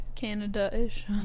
Canada-ish